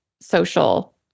social